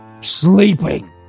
sleeping